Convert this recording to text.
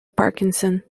parkinson